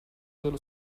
dello